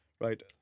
Right